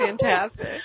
Fantastic